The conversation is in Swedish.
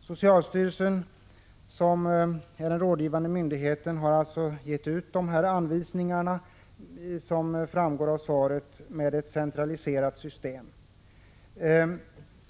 Socialstyrelsen, som är rådgivande myndighet, har gett ut anvisningar om ett centraliserat system, som framgår av svaret.